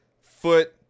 foot